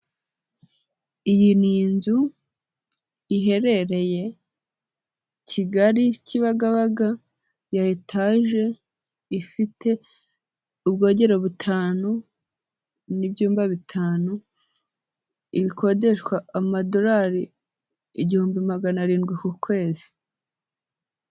Iyi ni inzu iherereye Kigali, Kibagabaga ya etaje, ifite ubwogero butanu n'ibyumba bitanu, ikodeshwa amadorari igihumbi magana arindwi ku kwezi.